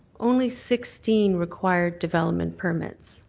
only sixteen required development permits.